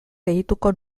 gehituko